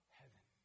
heaven